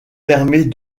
permet